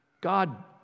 God